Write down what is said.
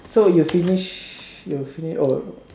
so you finish you finish oh